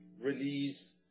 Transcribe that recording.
release